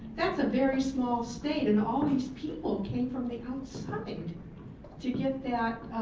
that's a very small state and all these people came from the outside to get that